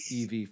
ev